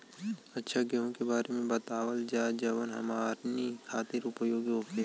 अच्छा गेहूँ के बारे में बतावल जाजवन हमनी ख़ातिर उपयोगी होखे?